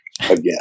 again